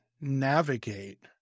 navigate